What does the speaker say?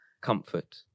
comfort